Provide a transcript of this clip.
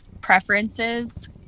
preferences